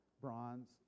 bronze